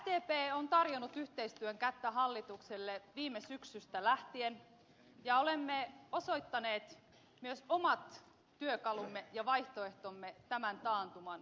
sdp on tarjonnut yhteistyön kättä hallitukselle viime syksystä lähtien ja olemme osoittaneet myös omat työkalumme ja vaihtoehtomme tämän taantuman hoitamiseksi